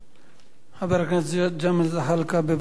חבר הכנסת ג'מאל זחאלקה, בבקשה.